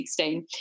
2016